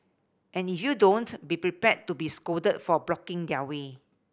and if you don't be prepared to be scolded for blocking their way